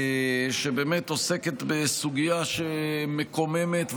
שבאמת עוסקת בסוגיה שמקוממת,